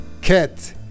Cat